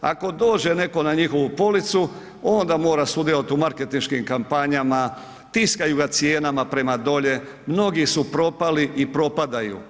Ako dođe netko na njihovu policu, onda mora sudjelovati u marketinškim kampanjama, tiskaju ga cijenama prema dolje, mnogi su propali i propadaju.